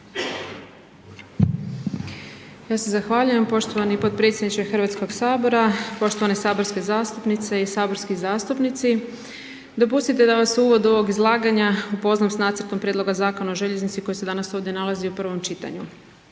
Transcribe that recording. Ja se zahvaljujem poštovani podpredsjedniče Hrvatskoga sabora, poštovane saborske zastupnice i saborski zastupnici, dopustite da vas u uvodu ovog izlaganja upoznam s Nacrtom prijedloga Zakona o željeznici koji se danas ovdje nalazi u prvom čitanju.